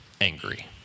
angry